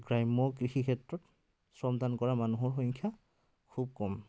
গ্ৰাম্য় কৃষি ক্ষেত্ৰত শ্ৰমদান কৰা মানুহৰ সংখ্য়া খুব কম